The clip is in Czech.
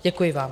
Děkuji vám.